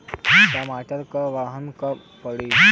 टमाटर क बहन कब पड़ी?